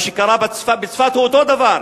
מה שקרה בצפת זה אותו הדבר.